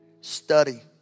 study